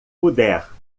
puder